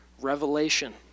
Revelation